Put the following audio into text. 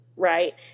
right